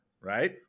right